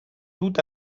tout